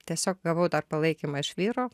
tiesiog gavau dar palaikymą iš vyro